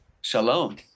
Shalom